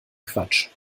quatsch